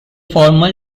former